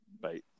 Bye